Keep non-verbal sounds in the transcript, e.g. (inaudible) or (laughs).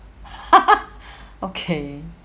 (laughs) okay